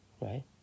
Right